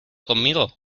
conmigo